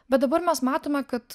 bet dabar mes matome kad